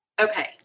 Okay